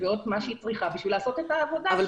ועוד מה שהיא צריכה בשביל לעשות את העבודה שלה.